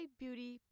beauty